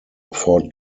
fort